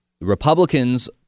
Republicans